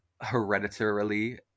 hereditarily